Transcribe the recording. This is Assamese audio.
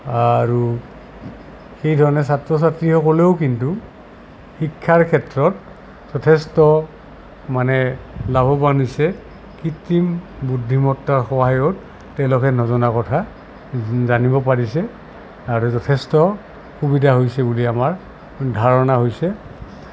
আৰু সেইধৰণে ছাত্ৰ ছাত্ৰীসকলেও কিন্তু শিক্ষাৰ ক্ষেত্ৰত যথেষ্ট মানে লাভৱান হৈছে কৃত্ৰিম বুদ্ধিমত্তাৰ সহায়ত তেওঁলোকে নজনা কথা জানিব পাৰিছে আৰু যথেষ্ট সুবিধা হৈছে বুলি আমাৰ ধাৰণা হৈছে